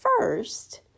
first